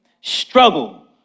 Struggle